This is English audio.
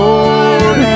Lord